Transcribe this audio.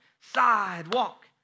sidewalk